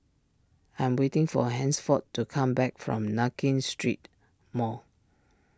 I am waiting for Hansford to come back from Nankin Street Mall